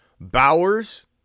Bowers